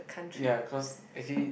ya cause actually